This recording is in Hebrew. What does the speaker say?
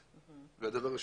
הקורונה.